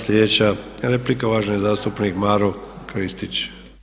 Sljedeća replika, uvaženi zastupnik Maro Kristić.